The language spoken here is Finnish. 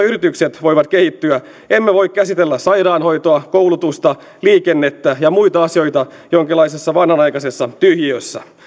yritykset voivat kehittyä emme voi käsitellä sairaanhoitoa koulutusta liikennettä ja muita asioita jonkinlaisessa vanhanaikaisessa tyhjiössä